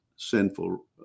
sinful